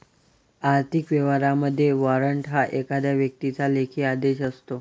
आर्थिक व्यवहारांमध्ये, वॉरंट हा एखाद्या व्यक्तीचा लेखी आदेश असतो